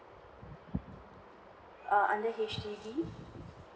err under H_D_B